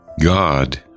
God